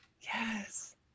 Yes